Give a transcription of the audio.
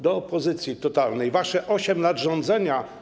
Do opozycji totalnej: wasze 8 lat rządzenia.